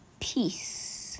Peace